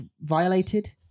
violated